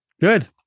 Good